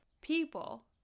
people